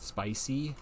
Spicy